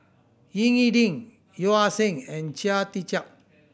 Ying E Ding Yeo Ah Seng and Chia Tee Chiak